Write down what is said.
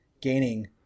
gaining